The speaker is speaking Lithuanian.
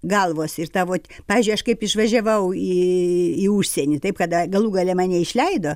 galvos ir tavo pavyzdžiui aš kaip išvažiavau į į užsienį taip kada galų gale mane išleido